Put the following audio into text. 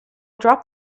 dropped